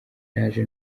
naje